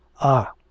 Ah